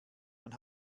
man